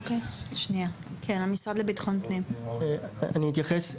המשרד לביטחון הפנים, בבקשה.